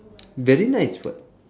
very nice [what]